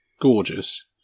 gorgeous